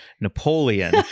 Napoleon